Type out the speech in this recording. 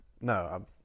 no